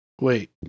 Wait